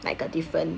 like a different